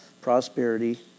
prosperity